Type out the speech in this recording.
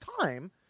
time